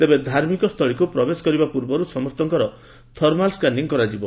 ତେବେ ଧାର୍ମିକସ୍ଥଳକୁ ପ୍ରବେଶ କରିବା ପୂର୍ବରୁ ସମସ୍ତଙ୍କର ଥର୍ମାଲ୍ ସ୍କାନିଂ କରାଯିବ